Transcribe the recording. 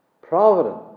Providence